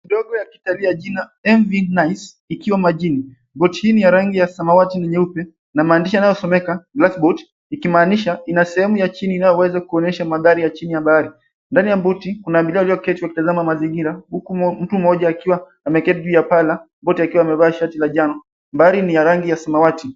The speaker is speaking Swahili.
Ndogo ya kitalii jina MV Nice ikiwa majini. Boti hii ni ya rangi ya samawati na nyeupe na maandishi yanayosomeka Glass Boat ikimaanisha ina sehemu ya chini inayoweza kuonyesha mandhari ya chini ya bahari. Ndani ya boti kuna abiria walioketi wakitazama mazingira huku mtu mmoja akiwa ameketi juu ya pala boti akiwa amevaa shati la jano. Mbari ni ya rangi ya samawati.